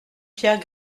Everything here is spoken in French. pierre